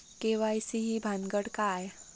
KYC ही भानगड काय?